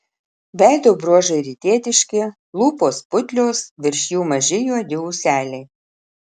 veido bruožai rytietiški lūpos putlios virš jų maži juodi ūseliai